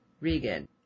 Regan